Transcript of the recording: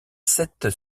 sept